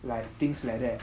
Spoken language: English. like things like that